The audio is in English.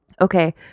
okay